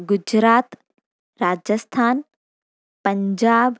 Gujarat Rajasthan Punjab